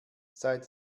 seit